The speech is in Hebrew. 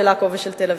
של עכו ושל תל-אביב.